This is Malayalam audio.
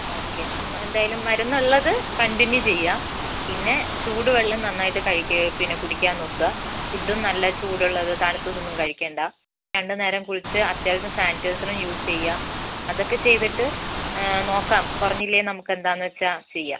ഓക്കെ എന്നാൽ എന്തായാലും മരുന്നുള്ളത് കണ്ടിന്യൂ ചെയ്യുക പിന്നെ ചൂട് വെള്ളം നന്നായിട്ട് കഴിക്കുകയോ പിന്നെ കുടിക്കാൻ നോക്കുക ഫുഡും നല്ല ചൂടുള്ളത് തണുത്തതൊന്നും കഴിക്കേണ്ട രണ്ടു നേരം കുളിച്ച് അത്യാവശ്യം സാനിറ്റൈസറും യൂസ് ചെയ്യുക അതൊക്കെ ചെയ്തിട്ട് നോക്കാം കുറഞ്ഞില്ലേ നമുക്ക് എന്താണെന്ന് വച്ചാൽ ചെയ്യാം